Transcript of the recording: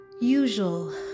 usual